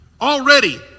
Already